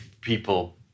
people